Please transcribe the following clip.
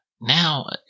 now